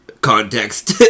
context